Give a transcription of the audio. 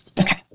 Okay